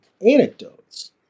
anecdotes